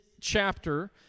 chapter